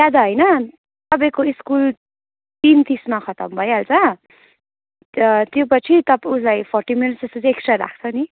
ज्यादा होइन तपाईँको स्कुल तिन तिसमा खत्तम भइहाल्छ त्योपछि तपाईँ उसलाई फोर्टी मिनट्सजस्तो चाहिँ एक्स्ट्रा राख्छ नि